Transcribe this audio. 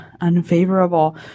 unfavorable